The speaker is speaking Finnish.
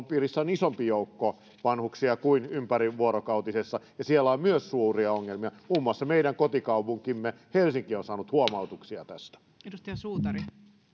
piirissä on isompi joukko vanhuksia kuin ympärivuorokautisessa ja siellä on myös suuria ongelmia muun muassa meidän kotikaupunkimme helsinki on saanut huomautuksia tästä